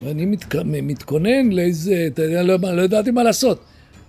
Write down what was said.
ואני מתכונן לאיזה, לא ידעתי מה לעשות.